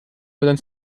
für